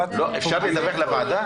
אפשר לדווח לוועדה?